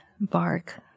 bark